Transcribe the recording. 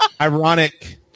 Ironic